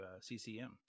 CCM